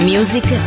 Music